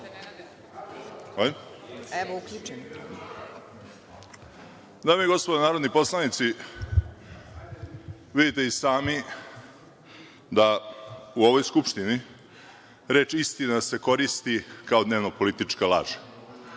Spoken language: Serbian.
Čanak** Dame i gospodo narodni poslanici, vidite i sami da u ovoj Skupštini reč istina se koristi kao dnevno-politička laž.